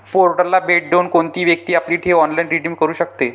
पोर्टलला भेट देऊन कोणतीही व्यक्ती आपली ठेव ऑनलाइन रिडीम करू शकते